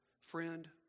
Friend